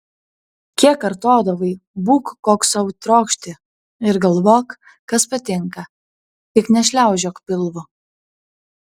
kiek kartodavai būk koks sau trokšti ir galvok kas patinka tik nešliaužiok pilvu